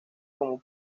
como